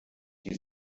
die